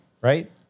Right